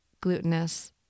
glutinous